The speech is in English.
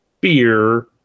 beer